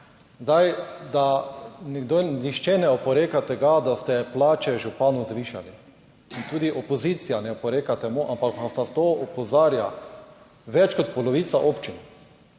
(nadaljevanje) nihče ne oporeka tega, da ste plače županov zvišali in tudi opozicija ne oporeka temu, ampak na to opozarja več kot polovica občin,